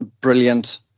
brilliant